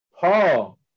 Paul